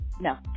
no